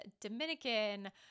Dominican